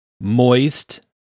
Moist